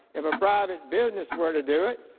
if a private business were to do it,